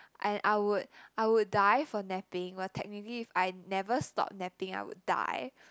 and I would I would die for napping well technically if I never stop napping I would die